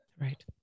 Right